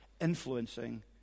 influencing